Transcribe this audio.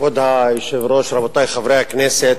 כבוד היושב-ראש, רבותי חברי הכנסת,